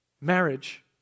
Marriage